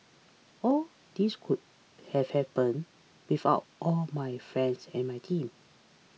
all this would have happened without all my friends and my team